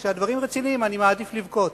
כשהדברים רציניים אני מעדיף לבכות.